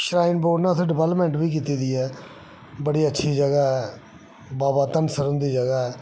shrine board ने उत्थै development बी कीती दी ऐ बड़ी अच्छी जगह ऐ